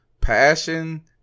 Passion